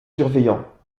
surveillants